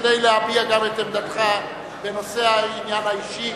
כדי להביע גם את עמדתך בנושא העניין האישי.